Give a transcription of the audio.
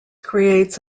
creates